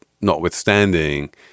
notwithstanding